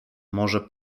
może